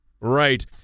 Right